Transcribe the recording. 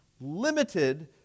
limited